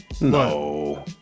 no